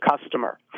customer